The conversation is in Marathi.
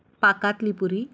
पाकातली पुरी